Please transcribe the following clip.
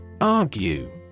Argue